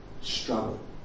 struggle